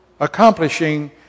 accomplishing